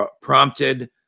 prompted